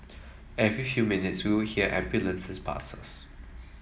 every few minutes we would hear ambulances pass us